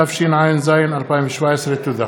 התשע"ז 2017. תודה.